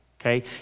okay